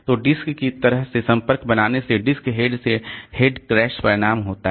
तो डिस्क की सतह से संपर्क बनाने से डिस्क हेड से हेड क्रैश परिणाम होता है